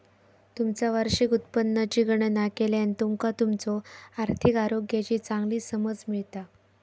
तुमचा वार्षिक उत्पन्नाची गणना केल्यान तुमका तुमच्यो आर्थिक आरोग्याची चांगली समज मिळता